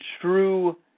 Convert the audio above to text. true